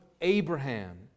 Abraham